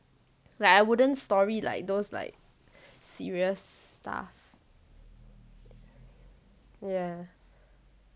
like I wouldn't story like those like serious stuff yeah